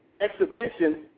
exhibition